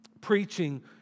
Preaching